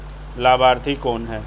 लाभार्थी कौन है?